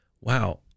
Wow